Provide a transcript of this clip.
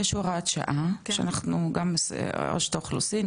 יש הוראת שעה שגם רשות האוכלוסין,